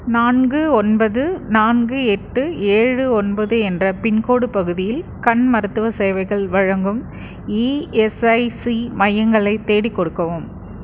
நான்கு ஒன்பது நான்கு எட்டு ஏழு ஒன்பது என்ற பின்கோட் பகுதியில் கண் மருத்துவ சேவைகள் வழங்கும் இஎஸ்ஐசி மையங்களை தேடிக் கொடுக்கவும்